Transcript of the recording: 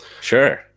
Sure